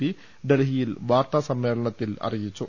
P ഡൽഹിയിൽ വാർത്താസമ്മേളനത്തിൽ അറിയിച്ചു